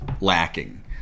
lacking